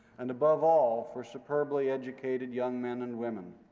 and, above all, for superbly educated young men and women.